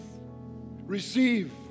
receive